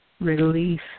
relief